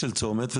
צומת,